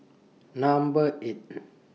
Number eight